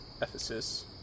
Ephesus